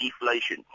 deflation